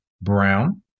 Brown